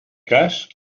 cas